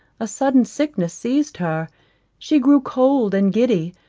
a sudden sickness seized her she grew cold and giddy,